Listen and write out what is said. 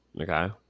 okay